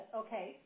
okay